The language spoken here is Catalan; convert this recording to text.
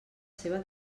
seva